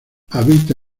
habita